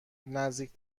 نزدیک